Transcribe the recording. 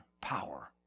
power